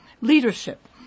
Leadership